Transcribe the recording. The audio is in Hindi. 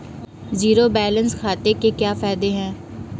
ज़ीरो बैलेंस खाते के क्या फायदे हैं?